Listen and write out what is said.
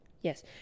yes